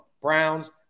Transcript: browns